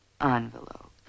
envelope